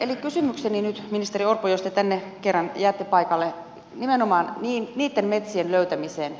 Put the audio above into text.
eli kysymykseni nyt ministeri orpo jos te kerran jäätte tänne paikalle liittyy nimenomaan niitten metsien löytämiseen